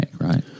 right